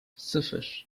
sıfır